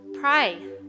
Pray